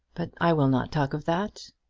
but i will not talk of that.